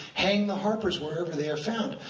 hang the harpers wherever they are found.